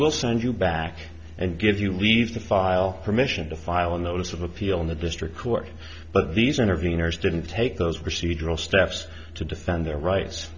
will send you back and give you leave to file permission to file a notice of appeal in the district court but these interveners didn't take those procedural steps to defend their rights